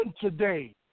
today